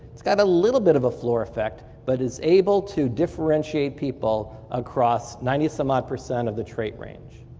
has got a little bit of a floor effect but is able to differentiate people across ninety some odd percent of the trait range.